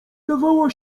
dawała